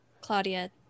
Claudia